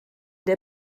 der